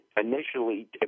initially